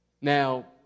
Now